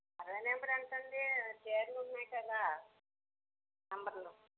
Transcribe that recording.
అరవై నంబరు ఎంతండి చీరలు ఉన్నాయి కదా నంబర్లు